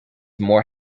more